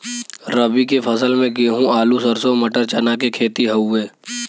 रबी के फसल में गेंहू, आलू, सरसों, मटर, चना के खेती हउवे